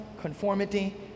conformity